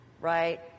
right